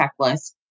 checklist